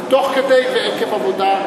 זה תוך כדי ועקב עבודה.